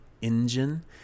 engine